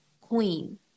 queen